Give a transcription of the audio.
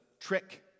trick